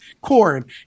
corn